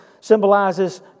symbolizes